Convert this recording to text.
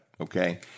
okay